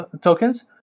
tokens